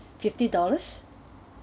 fifty dollars